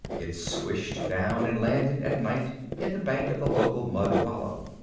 it swished down and landed at night in the bank of the local mud wallow.